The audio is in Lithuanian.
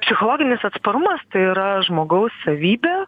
psichologinis atsparumas tai yra žmogaus savybė